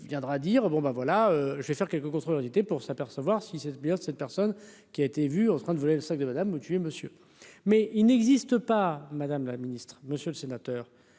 viendra dire bon ben voilà, j'espère quelques construire pour s'apercevoir si c'est bien cette personne qui a été vu en train de voler le sac de madame, monsieur, monsieur. Mais il n'existe pas, Madame la Ministre, Monsieur le Sénateur,